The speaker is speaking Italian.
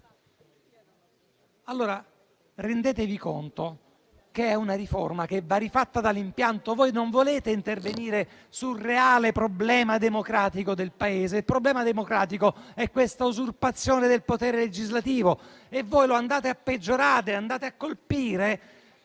notarile. Rendetevi conto che è una riforma che va rifatta dall'impianto. Voi non volete intervenire sul reale problema democratico del Paese. Il problema democratico è l'usurpazione del potere legislativo e voi lo andate a peggiorare, andando a colpire